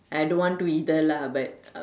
I don't want to either lah but